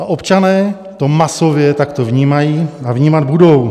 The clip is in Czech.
A občané to masově takto vnímají a vnímat budou.